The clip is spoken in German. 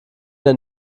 der